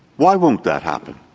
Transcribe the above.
why won't that happen?